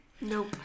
Nope